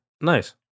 Nice